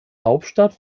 hauptstadt